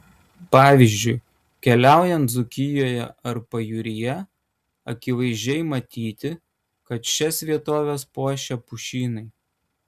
pavyzdžiui keliaujant dzūkijoje ar pajūryje akivaizdžiai matyti kad šias vietoves puošia pušynai